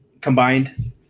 combined